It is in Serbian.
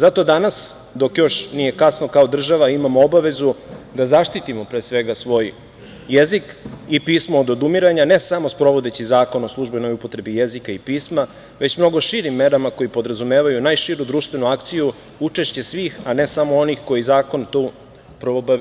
Zato danas dok još nije kasno kao država, imamo obavezu da zaštitimo, pre svega, svoj jezik i pismo od odumiranja, ne samo sprovodeći zakon o službenoj upotrebi jezika i pisma, već mnogo širim merama koje podrazumevaju najširu društvenu akciju, učešće svih, a ne samo onih koje zakon tu